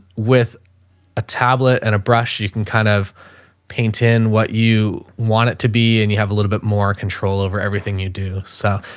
with a tablet and a brush, you can kind of paint in what you want it to be. and you have a little bit more control over everything you do. so,